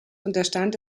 unterstand